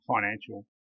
financial